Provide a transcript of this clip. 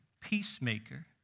peacemaker